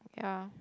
yeah